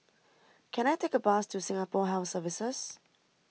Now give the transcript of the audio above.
can I take a bus to Singapore Health Services